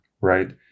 Right